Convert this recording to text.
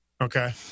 okay